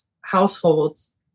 households